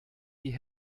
die